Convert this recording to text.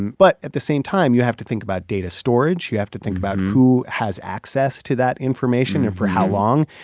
but at the same time, you have to think about data storage. you have to think about who has access to that information and for how long.